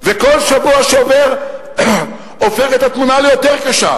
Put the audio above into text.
וכל שבוע שעובר, הופך את התמונה ליותר קשה,